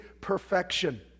perfection